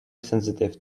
sensitive